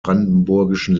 brandenburgischen